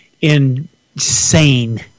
insane